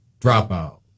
dropout